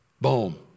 Boom